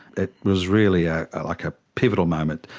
it was really ah like a pivotal moment,